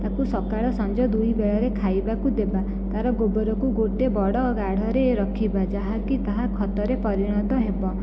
ତାକୁ ସକାଳ ସଞ୍ଜ ଦୁଇ ବେଳରେ ଖାଇବାକୁ ଦେବା ତା'ର ଗୋବରକୁ ଗୋଟିଏ ବଡ଼ ଗାଢ଼ରେ ରଖିବା ଯାହାକି ତାହା ଖତରେ ପରିଣତ ହେବ